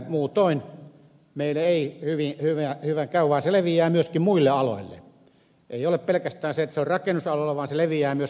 muutoin meille ei hyvin käy vaan se leviää myöskin muille aloille ei jää pelkästään rakennusalalle vaan se leviää myöskin muille aloille